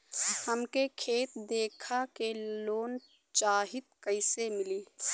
हमके खेत देखा के लोन चाहीत कईसे मिली?